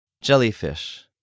Jellyfish